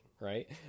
right